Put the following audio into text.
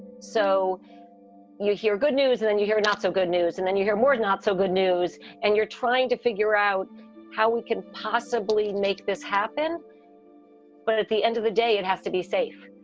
so you hear good news and then you hear not so good news and then you hear more is not so good news and you're trying to figure out how we can possibly make this happen but at the end of the day, it has to be safe.